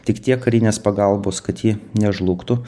tik tiek karinės pagalbos kad ji nežlugtų